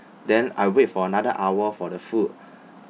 then I wait for another hour for the food